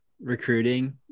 recruiting